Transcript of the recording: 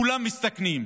כולם מסתכנים,